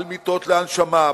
על מיטות להנשמה,